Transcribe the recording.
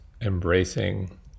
embracing